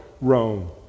Rome